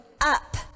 up